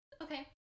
Okay